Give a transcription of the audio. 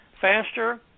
faster